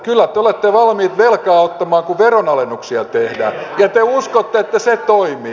kyllä te olette valmiit velkaa ottamaan kun veronalennuksia tehdään ja te uskotte että se toimii